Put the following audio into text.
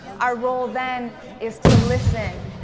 our role then is to listen,